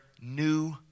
new